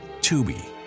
Tubi